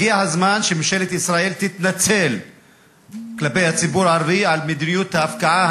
הגיע הזמן שממשלת ישראל תתנצל כלפי הציבור הערבי על מדיניות ההפקעה,